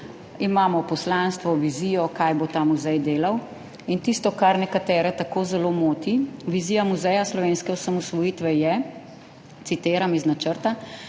Imamo poslanstvo, vizijo, kaj bo ta muzej delal, in tisto, kar nekatere tako zelo moti: »Vizija Muzeja slovenske osamosvojitve je,« citiram iz načrta,